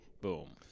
boom